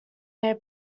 their